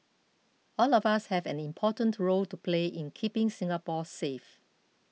all of us have an important role to play in keeping Singapore safe